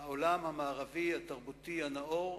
העולם המערבי, התרבותי, הנאור,